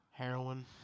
Heroin